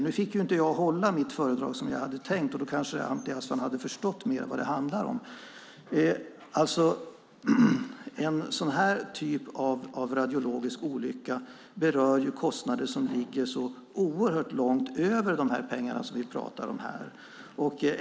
Nu fick jag inte hålla mitt föredrag som jag hade tänkt, och då kanske Anti Avsan hade förstått mer vad det handlar om. En sådan här typ av radiologisk olycka berör kostnader som ligger så oerhört långt över de pengar vi pratar om här.